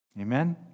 Amen